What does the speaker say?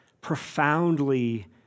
profoundly